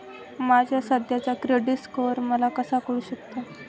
माझा सध्याचा credit score मला कसा कळू शकतो?